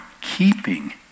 keeping